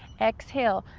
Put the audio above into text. exhale,